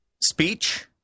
speech